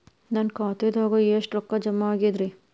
ನನ್ನ ಖಾತೆದಾಗ ಎಷ್ಟ ರೊಕ್ಕಾ ಜಮಾ ಆಗೇದ್ರಿ?